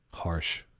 harsh